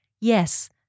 yes